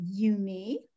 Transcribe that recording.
Yumi